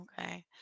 Okay